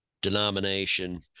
denomination